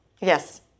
yes